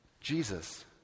Jesus